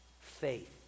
faith